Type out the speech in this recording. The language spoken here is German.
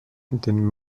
den